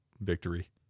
victory